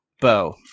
bow